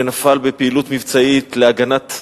שנפל בפעילות מבצעית להגנת המדינה.